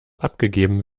abgegeben